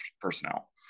personnel